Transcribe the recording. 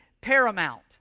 paramount